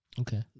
Okay